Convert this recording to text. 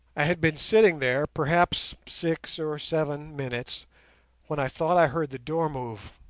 i had been sitting there perhaps six or seven minutes when i thought i heard the door move.